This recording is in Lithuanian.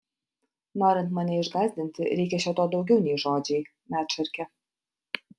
norint mane išgąsdinti reikia šio to daugiau nei žodžiai medšarke